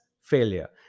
failure